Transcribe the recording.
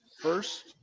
first